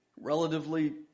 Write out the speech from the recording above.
relatively